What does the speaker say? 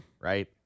right